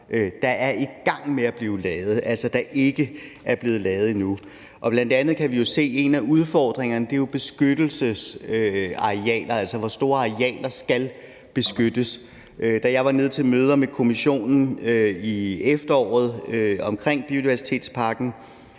der er i gang med at blive lavet og altså ikke er blevet lavet endnu. Bl.a. kan vi jo se, at en af udfordringerne er beskyttelsesarealer, altså hvor store arealer der skal beskyttes. Da jeg var nede til møder med Kommissionen i efteråret i forbindelse med biodiversitetspakken,